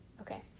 Okay